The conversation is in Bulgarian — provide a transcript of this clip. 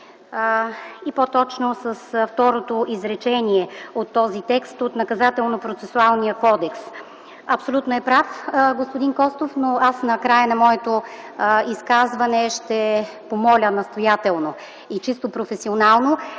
и по-точно второто изречение от този текст от Наказателно-процесуалния кодекс. Абсолютно е прав господин Костов, но накрая на моето изказване ще помоля настоятелно и чисто професионално